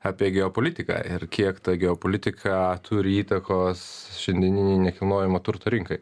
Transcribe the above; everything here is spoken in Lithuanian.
apie geopolitiką ir kiek ta geopolitika turi įtakos šiandieninei nekilnojamo turto rinkai